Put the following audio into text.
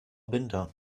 binder